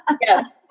Yes